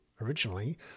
originally